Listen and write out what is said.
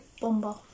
Bomba